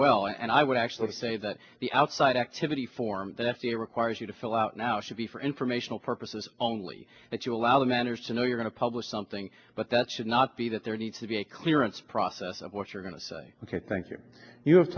well and i would actually say that the outside activity form that f d a requires you to fill out now should be for informational purposes only that you allow the managers to know you're going to publish something but that should not be that there needs to be a clearance process of what you're going to say ok thank you you